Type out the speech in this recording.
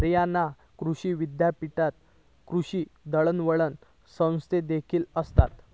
हरियाणा कृषी विद्यापीठात कृषी दळणवळण संस्थादेखील आसत